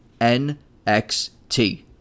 NXT